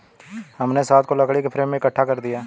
हमने शहद को लकड़ी के फ्रेम पर इकट्ठा कर दिया है